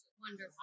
Wonderful